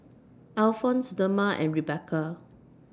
Alfonse Dema and Rebekah